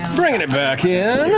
bringing it back in.